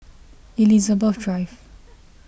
Elizabeth Drive